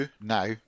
now